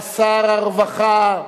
שר הרווחה,